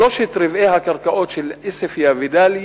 שלושה-רבעים מהקרקעות של עוספיא ודאליה,